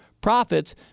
profits